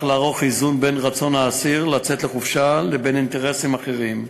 לערוך איזון בין רצון האסיר לצאת לחופשה לבין אינטרסים אחרים,